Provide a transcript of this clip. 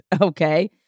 Okay